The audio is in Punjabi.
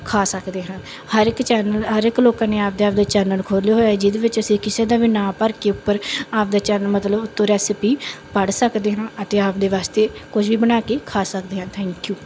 ਖਾ ਸਕਦੇ ਹਾਂ ਹਰ ਇੱਕ ਚੈਨਲ ਹਰ ਇੱਕ ਲੋਕਾਂ ਨੇ ਆਪਣੇ ਆਪਣੇ ਚੈਨਲ ਖੋਲ੍ਹੇ ਹੋਏ ਜਿਹਦੇ ਵਿੱਚ ਅਸੀਂ ਕਿਸੇ ਦਾ ਵੀ ਨਾ ਭਰ ਕੇ ਉੱਪਰ ਆਪਣੇ ਚੈਨਲ ਮਤਲਬ ਉੱਤੋਂ ਰੈਸਪੀ ਪੜ੍ਹ ਸਕਦੇ ਹਾਂ ਅਤੇ ਆਪਣੇ ਵਾਸਤੇ ਕੁਝ ਵੀ ਬਣਾ ਕੇ ਖਾ ਸਕਦੇ ਹਾਂ ਥੈਂਕ ਯੂ